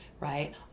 right